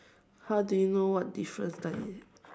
how do you know what different sign it is